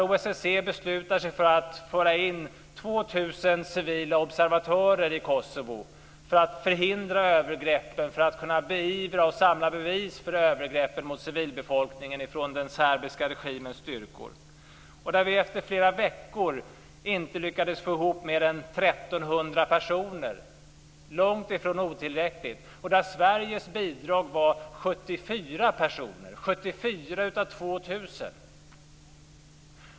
OSSE beslutar sig för att föra in 2 000 civila observatörer i Kosovo för att förhindra övergreppen och kunna beivra och samla bevis för övergreppen mot civilbefolkningen från den serbiska regimens styrkor. Vi lyckades efter flera veckor inte få ihop mer än 1 300 personer - långt ifrån tillräckligt - och Sveriges bidrag var 74 personer. 74 av 2 000!